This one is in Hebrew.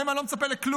מהם אני לא מצפה לכלום.